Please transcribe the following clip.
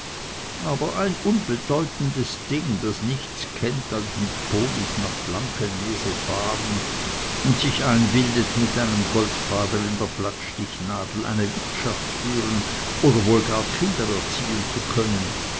aber ein unbedeutendes ding das nichts kennt als mit ponies nach blankenese fahren und sich einbildet mit einem goldfaden in der plattstichnadel eine wirtschaft führen oder wohl gar kinder erziehen zu können